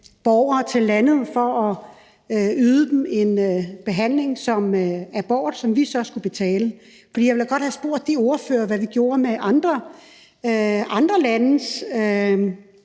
borgere til landet for at yde dem en behandling som abort, som vi så skulle betale. For jeg ville da godt have spurgt de ordførere, hvad vi skulle gøre med andre landes